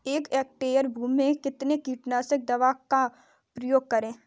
एक हेक्टेयर भूमि में कितनी कीटनाशक दवा का प्रयोग करें?